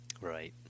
Right